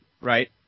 right